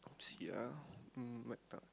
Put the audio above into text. see ah um wiped out